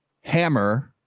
Hammer